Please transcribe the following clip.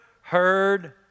heard